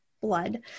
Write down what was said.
blood